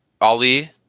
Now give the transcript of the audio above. Ali